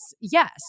yes